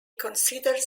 considers